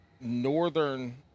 northern